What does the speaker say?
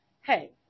Hey